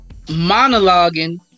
monologuing